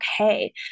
okay